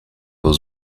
was